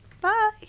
bye